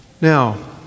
Now